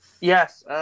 Yes